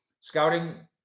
scouting